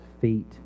feet